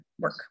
work